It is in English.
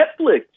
Netflix